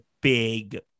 big